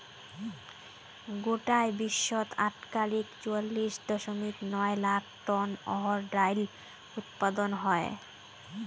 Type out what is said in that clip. গোটায় বিশ্বত আটকালিক চুয়াল্লিশ দশমিক নয় লাখ টন অহর ডাইল উৎপাদন হয়